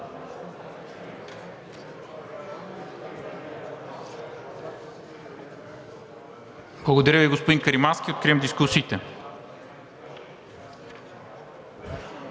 Благодаря Ви, господин Каримански. Откривам дискусиите.